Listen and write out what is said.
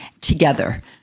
together